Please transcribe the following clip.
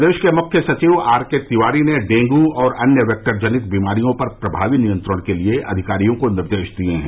प्रदेश के मुख्य सचिव आरके तिवारी ने डेंगू और अन्य वेक्टरजनित बीमारियों पर प्रभावी नियंत्रण के लिए अधिकारियों को निर्देश दिये हैं